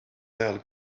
ajal